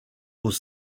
aux